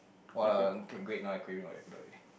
!walao! okay great now I'm craving for oyakodon already